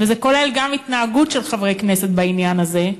וזה כולל גם התנהגות של חברי כנסת בעניין הזה,